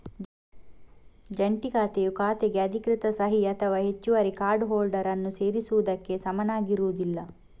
ಜಂಟಿ ಖಾತೆಯು ಖಾತೆಗೆ ಅಧಿಕೃತ ಸಹಿ ಅಥವಾ ಹೆಚ್ಚುವರಿ ಕಾರ್ಡ್ ಹೋಲ್ಡರ್ ಅನ್ನು ಸೇರಿಸುವುದಕ್ಕೆ ಸಮನಾಗಿರುವುದಿಲ್ಲ